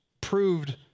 proved